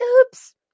Oops